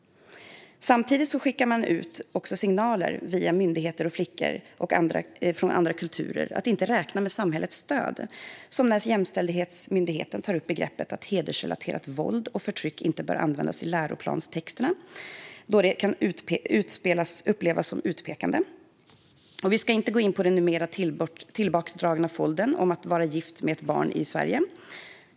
Samtidigt skickar man också signaler via myndigheter att flickor från andra kulturer inte ska räkna med samhällets stöd, som när Jämställdhetsmyndigheten tar upp att begreppet hedersrelaterat våld och förtryck inte bör användas i läroplanstexterna då det kan upplevas som utpekande. Vi ska inte ens gå in på den numera tillbakadragna foldern om att vara gift med ett barn i Sverige.